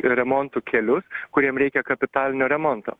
remontu kelius kuriem reikia kapitalinio remonto